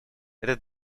этот